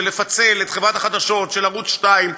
של לפצל את חברת החדשות של ערוץ 2,